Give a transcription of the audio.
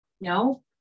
no